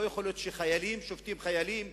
לא יכול להיות שחיילים שופטים חיילים.